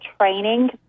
training